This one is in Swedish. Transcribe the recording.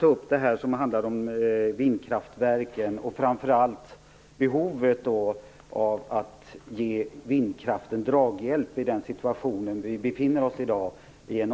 Sedan vill jag ta upp frågan om vindkraftverken och behovet av att ge vindkraften draghjälp i dagens